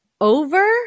Over